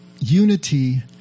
unity